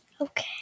Okay